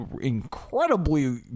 incredibly